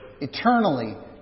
eternally